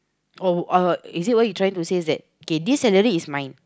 oh oh is that why you trying to says that kay this salary is mine